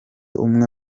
umwe